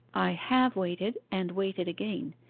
i have waited, and waited again,